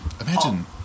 Imagine